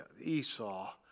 Esau